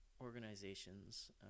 organizations